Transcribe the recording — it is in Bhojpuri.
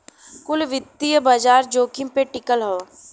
कुल वित्तीय बाजार जोखिम पे टिकल हौ